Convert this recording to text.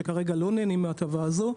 שכרגע לא נהנים מההטבה הזו,